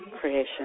creation